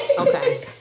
Okay